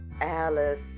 Alice